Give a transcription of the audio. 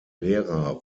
lehrer